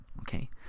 okay